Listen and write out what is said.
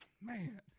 man